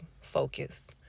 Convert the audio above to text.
focus